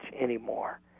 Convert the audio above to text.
anymore